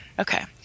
Okay